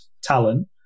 talent